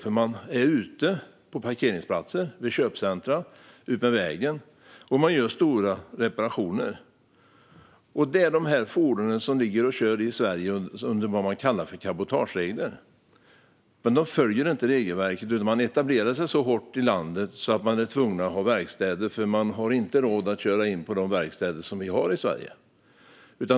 De finns ute på parkeringsplatser vid köpcentrum och utmed vägar och gör stora reparationer. Dessa fordon kör i Sverige under det som kallas cabotageregler, men de följer inte regelverket. Dessa verksamheter är så etablerade i landet att de är tvungna att ha tillgång till verkstäder, men de har inte råd att köra in på de verkstäder som finns i Sverige.